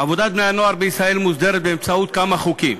עבודת בני-הנוער בישראל מוסדרת באמצעות כמה חוקים